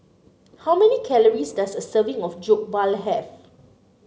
how many calories does a serving of Jokbal have